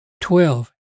twelve